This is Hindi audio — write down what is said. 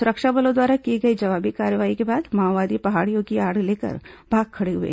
सुरक्षा बलों द्वारा की गई जवाबी कार्रवाई के बाद माओवादी पहाड़ियों की आड़ लेकर भाग खड़े हुए